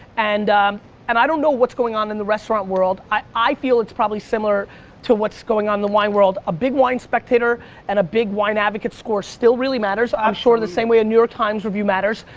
and and i don't know what's going on in the restaurant world. i feel it's probably similar to what's going on in the wine world. a big wine spectator and a big wine advocate score are still really matters. i'm sure the same way a new york times review matters.